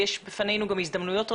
יש בפנינו גם הזדמנויות רבות.